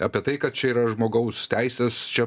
apie tai kad čia yra žmogaus teisės čia